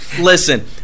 Listen